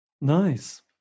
Nice